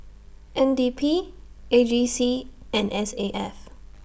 N D P A G C and S A F